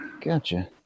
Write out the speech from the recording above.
Gotcha